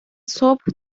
صبح